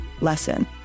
lesson